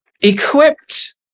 equipped